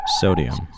Sodium